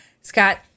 Scott